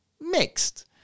mixed